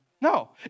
No